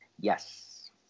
Yes